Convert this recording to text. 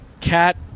Cat